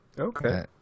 Okay